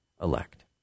elect